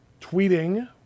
tweeting